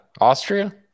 Austria